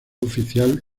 oficial